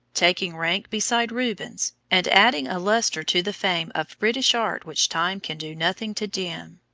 taking rank beside rubens, and adding a lustre to the fame of british art which time can do nothing to dim.